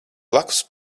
blakus